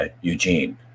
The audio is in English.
Eugene